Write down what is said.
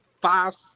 five